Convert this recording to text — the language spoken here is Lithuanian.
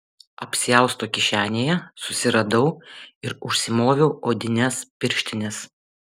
apsiausto kišenėje susiradau ir užsimoviau odines pirštines